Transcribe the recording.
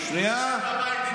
מעניין,